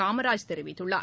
காமராஜ் தெரிவித்துள்ளார்